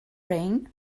rain